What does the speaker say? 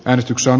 äänestyksen